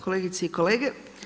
kolegice i kolege.